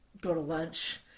go-to-lunch